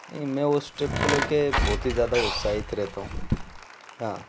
नहीं मैं उस ट्रिप को ले कर बहुत ही ज़्यादा उत्साहित रेहता हूँ हाँ